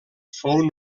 fou